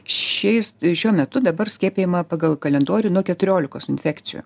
šiais šiuo metu dabar skiepijama pagal kalendorių nuo keturiolikos infekcijų